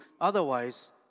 Otherwise